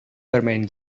bermain